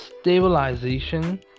stabilization